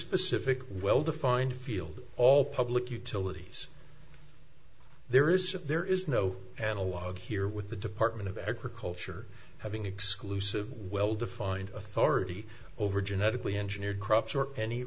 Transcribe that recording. specific well defined field all public utilities there is there is no analogue here with the department of agriculture having exclusive well defined authority over genetically engineered crops or any